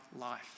life